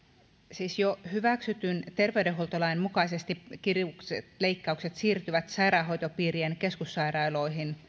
siis jo hyväksytyn terveydenhuoltolain mukaisesti kirurgiset leikkaukset siirtyvät sairaanhoitopiirien keskussairaaloihin